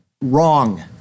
wrong